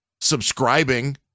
subscribing